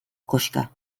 koxka